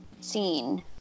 scene